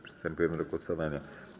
Przystępujemy do głosowania.